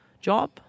job